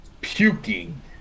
puking